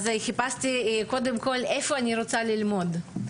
אז חיפשתי קודם כל איפה אני רוצה ללמוד,